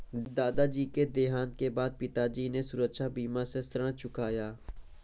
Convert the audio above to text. दादाजी के देहांत के बाद पिताजी ने सुरक्षा बीमा से ऋण चुकाया